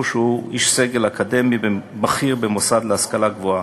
שהוא איש סגל אקדמי בכיר במוסד להשכלה גבוהה.